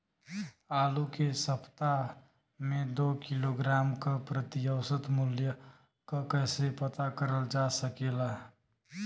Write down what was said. आलू के सप्ताह में दो किलोग्राम क प्रति औसत मूल्य क कैसे पता करल जा सकेला?